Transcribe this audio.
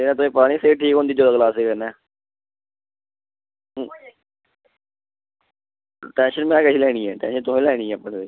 एह्दा तुगी पता नी सेह्त ठीक होंदी योगा क्लास कन्नै टैंशन में कैसी लैनी ऐ टैंशन तुसें लैनी ऐ अपने तांए